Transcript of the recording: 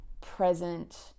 present